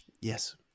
yes